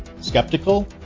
skeptical